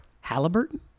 Halliburton